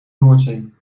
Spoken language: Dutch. noordzee